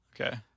Okay